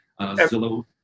Zillow